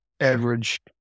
average